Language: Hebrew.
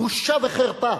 בושה וחרפה.